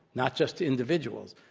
not just individual.